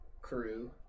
Crew